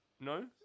No